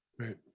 Right